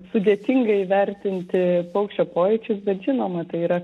sudėtinga įvertinti paukščio pojūčius bet žinoma tai yra